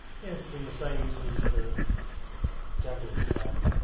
he hasn't been the same since the jackalope attack.